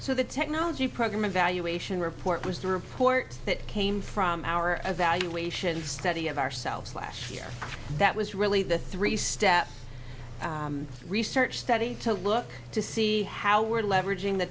so the technology program evaluation report was the report that came from our a valuation study of ourselves last year that was really the three step research study to look to see how we're leveraging the